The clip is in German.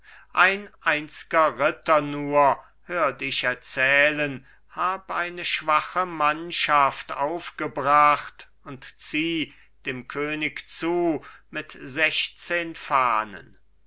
ein einzger ritter nur hört ich erzählen hab eine schwache mannschaft aufgebracht und zieh dem könig zu mit sechzehn fahnen